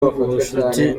ubucuti